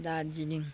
Darjeeling